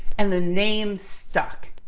and the name stuck.